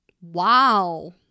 Wow